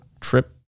trip